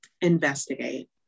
Investigate